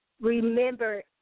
remember